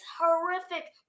horrific